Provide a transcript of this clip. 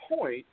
point